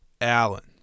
Allen